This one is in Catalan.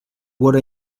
word